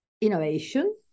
innovation